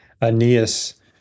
Aeneas